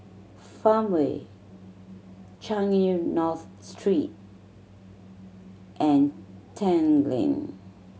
Farmway Changi North Street and Tanglin